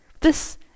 This—